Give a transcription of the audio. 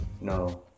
No